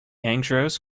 andros